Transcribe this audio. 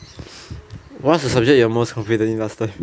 what's the subject you are most confident in last time